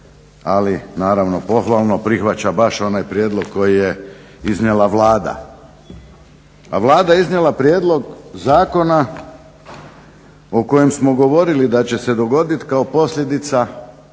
ali naravno pohvalno prihvaća baš onaj prijedlog koji je iznijela Vlada. A Vlada je iznijela prijedlog zakona o kojem smo govorili da će se dogoditi kao posljedica